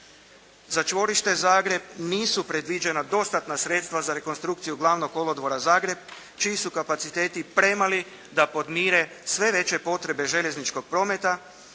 Za čvorište Zagreb nisu predviđena dostatna sredstva za rekonstrukciju Glavnog kolodvora Zagreb čiji su kapaciteti premali da podmire sve veće potrebe željezničkog prometa